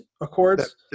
Accords